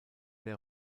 der